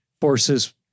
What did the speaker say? forces